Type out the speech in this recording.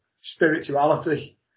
spirituality